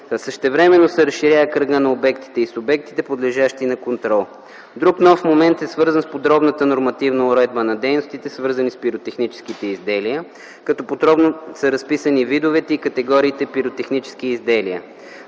същевременно се разширява кръгът на обектите и субектите, подлежащи на контрол. Друг нов момент е свързан с подробната нормативна уредба на дейностите, свързани с пиротехнически изделия, като подробно са разписани видовете и категориите пиротехнически изделия.